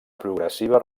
progressiva